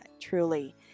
truly